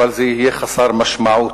אבל זה יהיה חסר משמעות